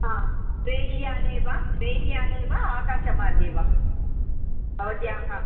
हा ट्रैल्याने वा रैल्याने वा आकाशमार्गे वा भवत्याः